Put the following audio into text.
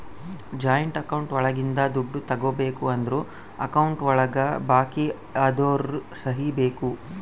joint account ಒಳಗಿಂದ ದುಡ್ಡು ತಗೋಬೇಕು ಅಂದ್ರು ಅಕೌಂಟ್ ಒಳಗ ಭಾಗಿ ಅದೋರ್ ಸಹಿ ಬೇಕು